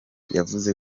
yavuze